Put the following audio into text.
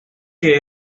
que